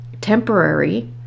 temporary